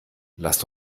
lasst